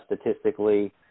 statistically